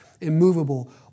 Immovable